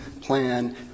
plan